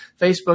Facebook